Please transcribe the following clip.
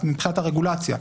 מבחינת הרגולציה?